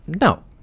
No